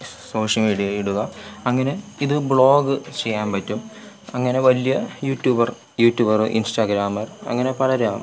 social മീഡിയേ ഇടുക അങ്ങനെ ഇത് ബ്ലോഗ് ചെയ്യാന് പറ്റും അങ്ങനെ വലിയ YouTuber YouTuber Instagrammer അങ്ങനെ പലരും ആവാം